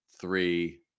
three